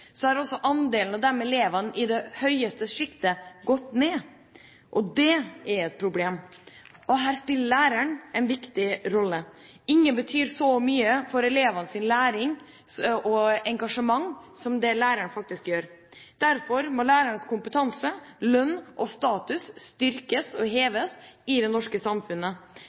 så mye for elevenes læring og engasjement som det læreren faktisk gjør. Derfor må lærerens kompetanse, lønn og status styrkes og heves i det norske samfunnet.